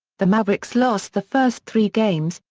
the mavericks lost the first three games,